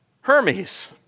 Hermes